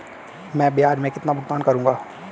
मैं ब्याज में कितना भुगतान करूंगा?